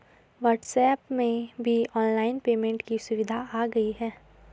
WhatsApp में भी online payment की सुविधा आ गई है